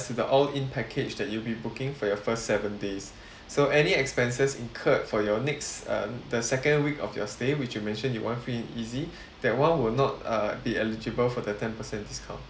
to the all in package that you'll be booking for your first seven days so any expenses incurred for your next uh the second week of your stay which you mentioned you want free and easy that [one] will not uh be eligible for the ten percent discount